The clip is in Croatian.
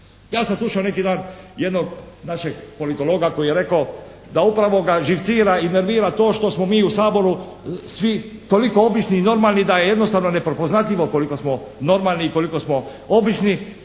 Ja sam slušao neki dan jednog našeg politologa koji je rekao da upravo ga živcira i nervira to što smo mi u Saboru svi toliko obični i normalni da je jednostavno neprepoznatljivo koliko smo normalni i koliko smo obični